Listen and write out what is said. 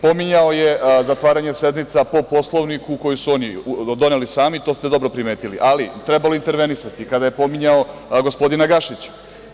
Pominjao je zatvaranje sednica po Poslovniku koji su oni doneli sami, to ste dobro primetili, ali trebalo je intervenisati kada je pominjao gospodina Gašića.